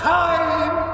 time